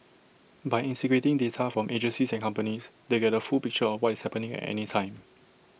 by integrating data from agencies and companies they get A full picture of what is happening at any time